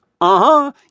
Uh-huh